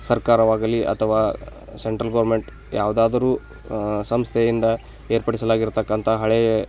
ಸರ್ಕಾರವಾಗಲಿ ಅಥವಾ central government ಯಾವುದಾದರೂ ಸಂಸ್ಥೆಯಿಂದ ಏರ್ಪಡಿಸಲಾಗಿರತಕ್ಕಂಥ ಹಳೆಯ